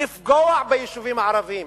לפגוע ביישובים הערביים.